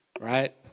right